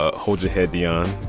ah hold your head, deion.